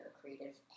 creative